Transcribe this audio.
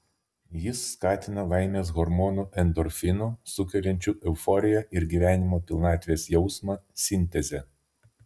jis skatina laimės hormonų endorfinų sukeliančių euforiją ir gyvenimo pilnatvės jausmą sintezę